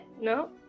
no